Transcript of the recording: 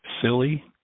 silly